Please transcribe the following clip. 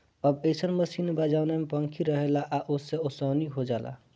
अब अइसन मशीन बा जवना में पंखी रहेला आ ओसे ओसवनी हो जाला